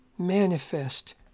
manifest